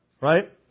right